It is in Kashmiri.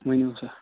ؤنِو سا